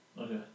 Okay